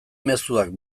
mezuak